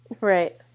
Right